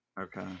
Okay